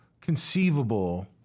conceivable